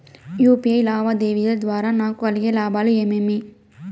UPI లావాదేవీల ద్వారా నాకు కలిగే లాభాలు ఏమేమీ?